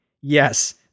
yes